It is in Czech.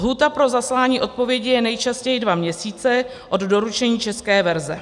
Lhůta pro zaslání odpovědi je nejčastěji dva měsíce od doručení české verze.